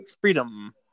Freedom